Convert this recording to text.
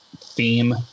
theme